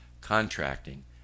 contracting